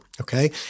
okay